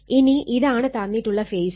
ഇനി ഇതാണ് തന്നിട്ടുള്ള ഫേസർ